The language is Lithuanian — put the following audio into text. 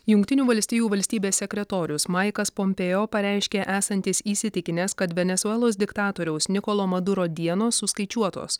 jungtinių valstijų valstybės sekretorius maikas pompėo pareiškė esantis įsitikinęs kad venesuelos diktatoriaus nikolo maduro dienos suskaičiuotos